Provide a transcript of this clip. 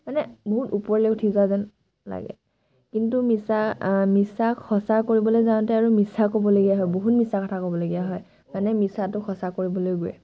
মানে বহুত ওপৰলৈ উঠি যোৱা যেন লাগে কিন্তু মিছা মিছাক সঁচা কৰিবলৈ যাওঁতে আৰু মিছা ক'বলগীয়া হয় বহুত মিছা কথা ক'বলগীয়া হয় মানে মিছাটোক সঁচা কৰিবলৈ গৈ